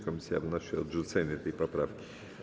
Komisja wnosi o odrzucenie tej poprawki.